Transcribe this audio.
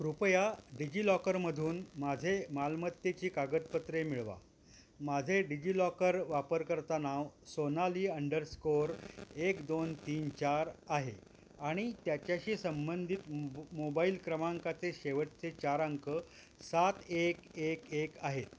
कृपया डिजिलॉकरमधून माझे मालमत्तेची कागदपत्रे मिळवा माझे डिजिलॉकर वापरकर्ता नाव सोनाली अंडरस्कोअर एक दोन तीन चार आहे आणि त्याच्याशी संबंधित मोबाईल क्रमांकाचे शेवटचे चार अंक सात एक एक एक आहेत